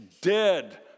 dead